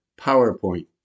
PowerPoint